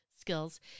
skills